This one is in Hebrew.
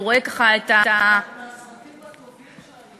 הוא רואה, ככה, מהסרטים הטובים שראיתי.